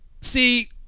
See